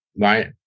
right